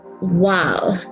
wow